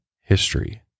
history